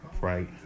right